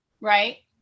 Right